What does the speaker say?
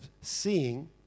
seeing